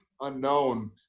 unknown –